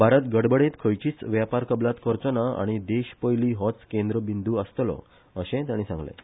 भारत घडबडेंत खंयचीय व्यापार कबलात करचोना आनी देशपयली होच केंद्र बिंदु आसतलो अशेंय ताणी सांगलें